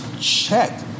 check